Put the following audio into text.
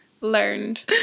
learned